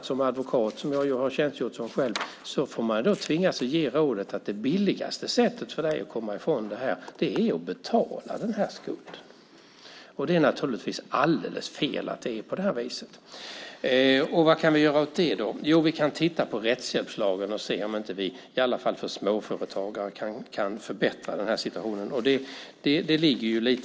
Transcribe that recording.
Som advokat, som jag ju har tjänstgjort som, tvingas man många gånger ge rådet att det billigaste sättet att komma ifrån detta är att betala den här skulden. Det är naturligtvis alldeles fel att det är på det viset. Vad kan vi göra åt det? Jo, vi kan titta på rättshjälpslagen och se om vi inte kan förbättra den här situationen, i alla fall för småföretagare.